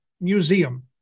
Museum